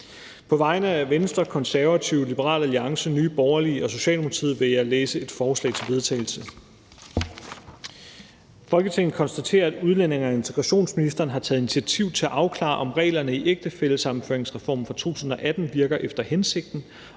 På vegne af Venstre, Konservative, Liberal Alliance, Nye Borgerlige og Socialdemokratiet vil jeg læse et forslag til vedtagelse op: Forslag til vedtagelse »Folketinget konstaterer, at udlændinge- og integrationsministeren har taget initiativ til at afklare, om reglerne i ægtefællesammenføringsreformen fra 2018 virker efter hensigten,